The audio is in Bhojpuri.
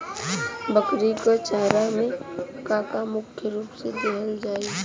बकरी क चारा में का का मुख्य रूप से देहल जाई?